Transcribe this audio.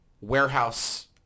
warehouse